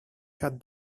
had